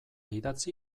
idatzi